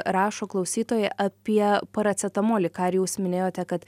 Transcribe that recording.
rašo klausytoja apie paracetamolį ką ir jūs minėjote kad